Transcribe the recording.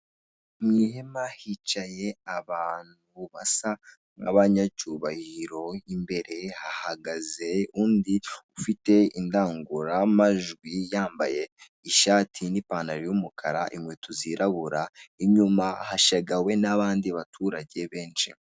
Mu ihema, hicaye abantu basa nk'abanyacyubahiro, imbere hahagaze undi ufite indangururamajwi, yambaye ishati n'ipantaro y'umukara, inkweto zirabura, inyuma hashagawe n'abandi baturage benshi.